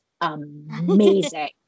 amazing